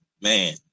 Man